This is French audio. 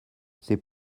c’est